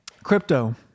Crypto